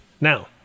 Now